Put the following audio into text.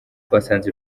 twasanze